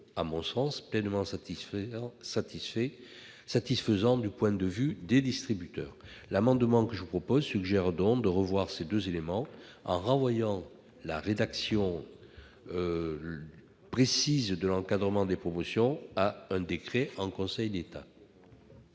à mon sens, pleinement satisfaisant du point de vue des distributeurs. Cet amendement tend donc à revoir ces deux éléments, en renvoyant la rédaction précise de l'encadrement des promotions à un décret en Conseil d'État.